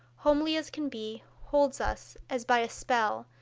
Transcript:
homely as can be, holds us, as by a spell,